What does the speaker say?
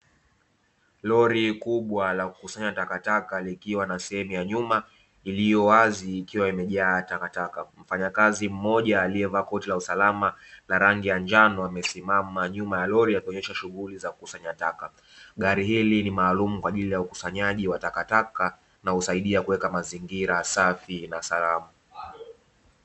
Lori kubwa la kukusanya takataka, likiwa na sehemu ya nyuma iliyo wazi ikiwa imejaa takataka. Mfanyakazi mmoja aliyevaa koti la usalama la rangi ya njano, amesimama nyuma ya lori akionyesha shughuli za kukusanya taka. Gari hili ni maalumu kwa ajili ya ukisanyaji wa takataka na husaidia kuweka mazingira safi na salama.